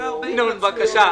ינון, בבקשה.